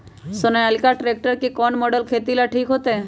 Sonalika tractor के कौन model खेती ला ठीक होतै?